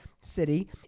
city